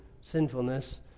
sinfulness